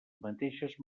mateixes